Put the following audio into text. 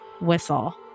whistle